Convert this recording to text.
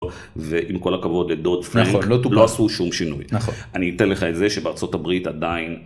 ועם כל הכבוד את דוד פרנק לא עשו שום שינוי, אני אתן לך את זה שבארה״ב עדיין.